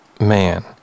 man